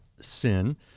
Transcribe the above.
sin